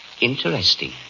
Interesting